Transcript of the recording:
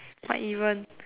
what even